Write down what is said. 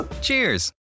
Cheers